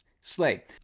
Slay